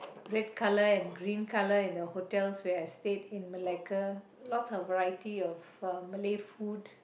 red colour and green colour and the hotel where I had in Malacca lots of variety of Malay food